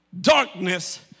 darkness